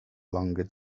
longer